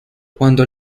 cuando